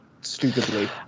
stupidly